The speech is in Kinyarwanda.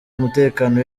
umutekano